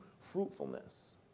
fruitfulness